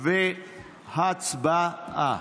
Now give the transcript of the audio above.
הצבעה.